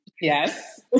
Yes